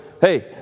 hey